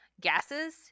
gases